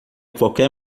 qualquer